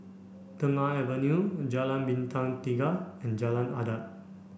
Tengah Avenue Jalan Bintang Tiga and Jalan Adat